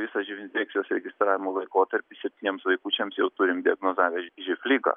visą živ infekcijos registravimo laikotarpį septyniems vaikučiams jau turim diagnozavęs živ ligą